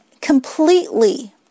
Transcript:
completely